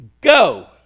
go